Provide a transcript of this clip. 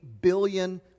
billion